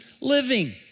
living